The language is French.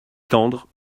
tendre